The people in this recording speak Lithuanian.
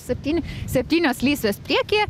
septyni septynios lysvės priekyje